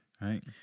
Right